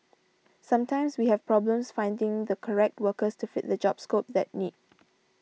sometimes we have problems finding the correct workers to fit the job scope that need